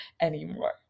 anymore